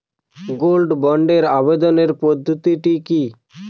Gold বন্ডে আবেদনের পদ্ধতিটি কি?